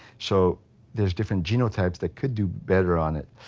so there's different genotypes that could do better on it,